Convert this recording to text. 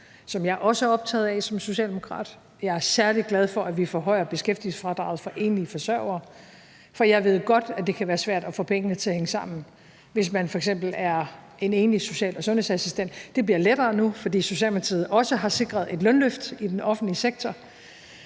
jeg er optaget af som socialdemokrat. Jeg er særlig glad for, at vi forhøjer beskæftigelsesfradraget for enlige forsørgere, for jeg ved godt, at det kan være svært at få pengene til slå til, hvis man f.eks. er en enlig social- og sundhedsassistent. Det bliver lettere nu, fordi Socialdemokratiet også har sikret et lønløft i den offentlige sektor,